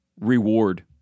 reward